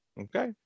Okay